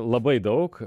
labai daug